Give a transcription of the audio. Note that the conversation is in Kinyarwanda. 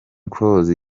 close